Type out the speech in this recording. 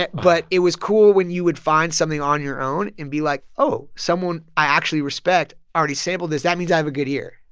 but it was cool when you would find something on your own and be like, oh, someone i actually respect already sampled this. that means i have a good ear.